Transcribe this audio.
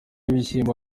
ibishyimbo